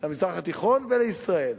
למזרח התיכון ולישראל.